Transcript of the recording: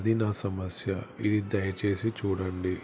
అది నా సమస్య ఇది దయచేసి చూడండి